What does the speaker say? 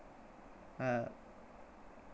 uh